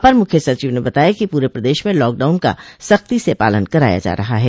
अपर मुख्य सचिव ने बताया कि पूरे प्रदेश में लॉकडाउन का सख्ती से पालन कराया जा रहा है